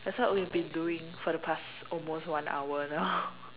that's what we've been doing for the past almost one hour now